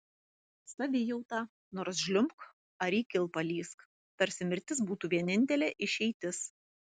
savijauta nors žliumbk ar į kilpą lįsk tarsi mirtis būtų vienintelė išeitis